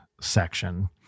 section